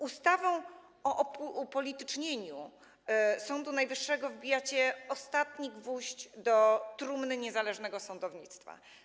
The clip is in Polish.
Ustawą o upolitycznieniu Sądu Najwyższego wbijacie ostatni gwóźdź do trumny niezależnego sądownictwa.